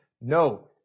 No